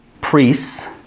priests